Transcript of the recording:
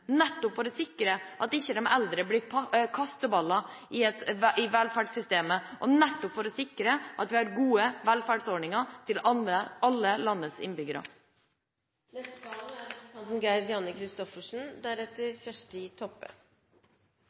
nettopp for å sikre at de eldre ikke blir kasteballer i velferdssystemet, og for å sikre at vi har gode velferdsordninger til alle landets innbyggere.